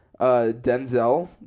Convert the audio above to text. Denzel